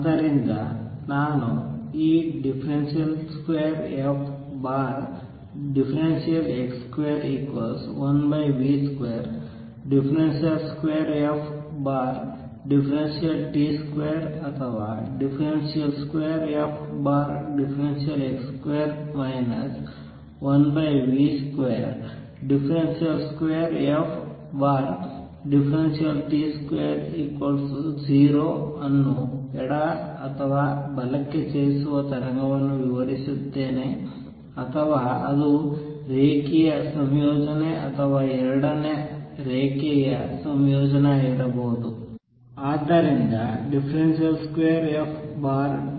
ಆದ್ದರಿಂದ ನಾನು ಈ 2fx21v22ft2 ಅಥವಾ 2fx2 1v22ft20 ಅನ್ನು ಎಡ ಅಥವಾ ಬಲಕ್ಕೆ ಚಲಿಸುವ ತರಂಗವನ್ನು ವಿವರಿಸುತ್ತೇನೆ ಅಥವಾ ಅದು ರೇಖೀಯ ಸಂಯೋಜನೆ ಅಥವಾ ಎರಡರ ರೇಖೀಯ ಸಂಯೋಜನೆಯಾಗಿರಬಹುದು